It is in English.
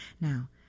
Now